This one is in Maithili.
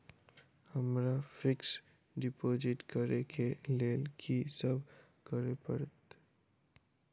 हमरा फिक्स डिपोजिट करऽ केँ लेल की सब करऽ पड़त?